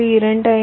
25 3